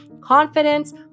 confidence